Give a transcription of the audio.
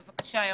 ירון סלע, בבקשה.